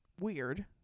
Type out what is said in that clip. Weird